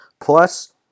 Plus